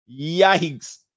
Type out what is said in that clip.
Yikes